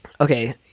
okay